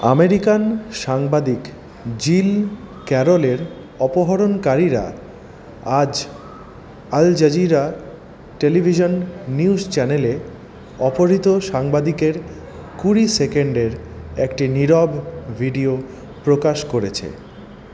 American সাংবাদিক Jill ক্যারলের অপহরণকারীরা আজ আল জাজিরা টেলিভিশান নিউজ চ্যানেলে অপহৃত সাংবাদিকের কুড়ি সেকেন্ডের একটি নীরব ভিডিও প্রকাশ করেছে